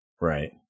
Right